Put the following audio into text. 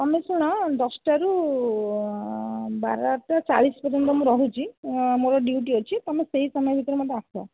ତୁମେ ଶୁଣ ଦଶଟାରୁ ବାରଟା ଚାଳିଶ ପର୍ଯ୍ୟନ୍ତ ମୁଁ ରହୁଛି ମୋର ଡ୍ୟୁଟି ଅଛି ତୁମେ ସେହି ସମୟ ଭିତରେ ନହେଲେ ଆସ